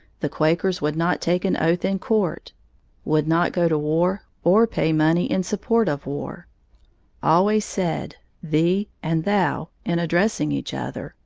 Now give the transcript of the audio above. the quakers would not take an oath in court would not go to war or pay money in support of war always said thee and thou in addressing each other,